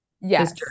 Yes